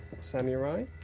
samurai